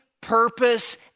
purpose